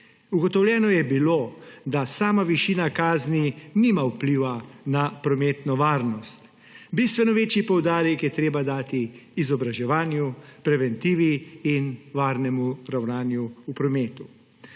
Ugotovljeno je bilo, da sama višina kazni nima vpliva na prometno varnost. Bistveno večji poudarek je treba dati izobraževanju, preventivi in varnemu ravnanju v prometu.